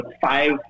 five